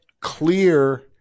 clear